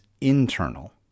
internal